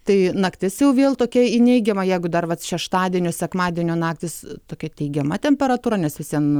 tai naktis jau vėl tokia į neigiamą jeigu dar vat šeštadienio sekmadienio naktys tokia teigiama temperatūra nes vis vien